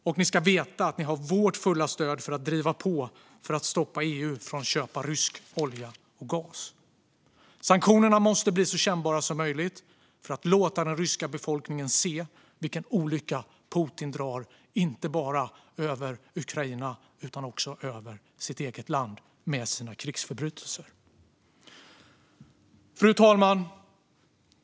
Och ni ska veta att ni har vårt fulla stöd för att driva på för att stoppa EU från att köpa rysk olja och gas. Sanktionerna måste bli så kännbara som möjligt för att låta den ryska befolkningen se vilken olycka Putin drar inte bara över Ukraina utan också över sitt eget land med sina krigsförbrytelser. Fru talman!